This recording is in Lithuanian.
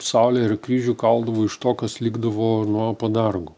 saulę ir kryžių kaldavo iš to kas likdavo nuo padargų